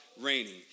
raining